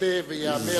ייכתב וייאמר מפעם לפעם.